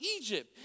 Egypt